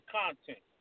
content